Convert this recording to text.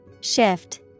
Shift